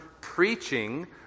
preaching